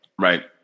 Right